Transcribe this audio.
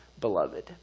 beloved